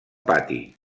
pati